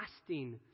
lasting